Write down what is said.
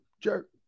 Jerk